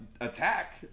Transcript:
attack